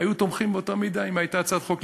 היו תומכים באותה מידה בהצעת חוק,